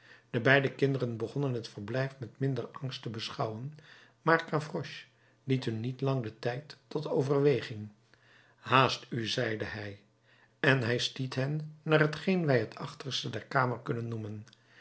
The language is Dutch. de beide kinderen begonnen het verblijf met minder angst te beschouwen maar gavroche liet hun niet lang den tijd tot overweging haast u zeide hij en hij stiet hen naar hetgeen wij het achterste der kamer kunnen noemen